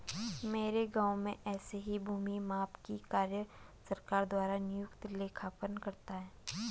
मेरे गांव में ऐसे ही भूमि माप का कार्य सरकार द्वारा नियुक्त लेखपाल करता है